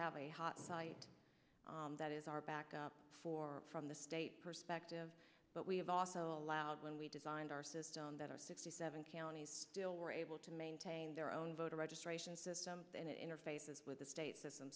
have a hot site that is our backup for from the state perspective but we have also allowed when we designed our system that our sixty seven counties still were able to maintain their own voter registration and interfaces with the state system